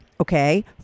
Okay